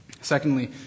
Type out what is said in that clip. Secondly